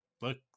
look